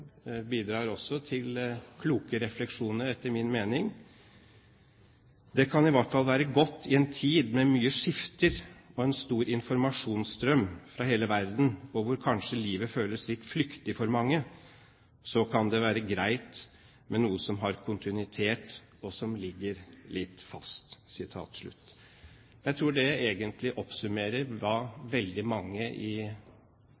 bidrar også med kloke refleksjoner, etter min mening: «Det kan ihvertfall være godt i en tid med mye skifter og en stor informasjonsstrøm, fra hele verden, og hvor kanskje livet føles litt flyktig for mange, så kan det være greit med noe som har kontinuitet og som ligger litt fast.» Jeg tror det egentlig oppsummerer